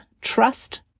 trust